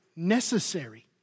Necessary